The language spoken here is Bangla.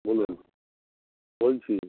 বলুন বলছি